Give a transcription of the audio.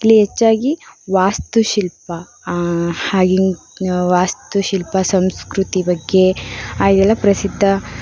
ಇಲ್ಲಿ ಹೆಚ್ವಾಗಿ ವಾಸ್ತುಶಿಲ್ಪ ಆಗಿನ ವಾಸ್ತುಶಿಲ್ಪ ಸಂಸ್ಕೃತಿ ಬಗ್ಗೆ ಹಾಗೆಲ್ಲ ಪ್ರಸಿದ್ಧ